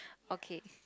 okay